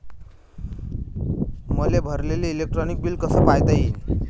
मले भरलेल electric bill कस पायता येईन?